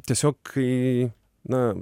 tiesiog kai na